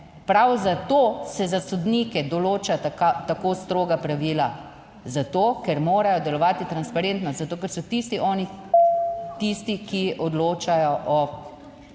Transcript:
Prav zato se za sodnike določa tako stroga pravila, zato ker morajo delovati transparentno, zato ker so tisti, oni tisti, ki odločajo o